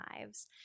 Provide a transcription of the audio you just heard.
lives